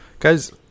Guys